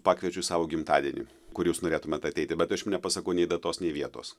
pakviečiau į savo gimtadienį kur jūs norėtumėt ateiti bet aš jum nepasakau nei datos nei vietos